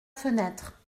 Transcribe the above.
fenêtre